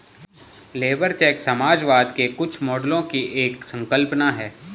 labour check समाजवाद के कुछ मॉडलों की एक संकल्पना है